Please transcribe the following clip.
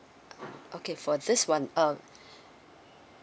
okay for this [one] uh